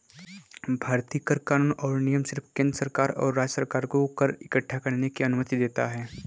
भारतीय कर कानून और नियम सिर्फ केंद्र और राज्य सरकार को कर इक्कठा करने की अनुमति देता है